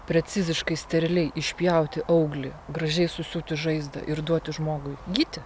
preciziškai steriliai išpjauti auglį gražiai susiūti žaizdą ir duoti žmogui gyti